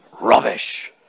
Rubbish